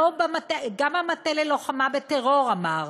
גם המטה ללוחמה בטרור אמר,